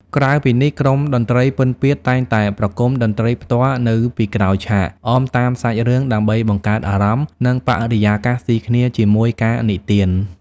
ក្រៅពីនេះ ក្រុមតន្ត្រីពិណពាទ្យតែងតែប្រគំតន្ត្រីផ្ទាល់នៅពីក្រោយឆាក អមតាមសាច់រឿងដើម្បីបង្កើតអារម្មណ៍ និងបរិយាកាសស៊ីគ្នាជាមួយការនិទាន។